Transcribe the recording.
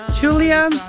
Julia